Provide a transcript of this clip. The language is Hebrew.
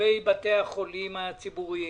לגבי בתי החולים הציבוריים